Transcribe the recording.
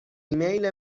ایمیل